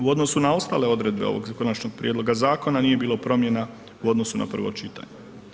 U odnosu na ostale odredbe ovog Konačnog prijedloga zakona nije bilo promjena u odnosu na prvo čitanje.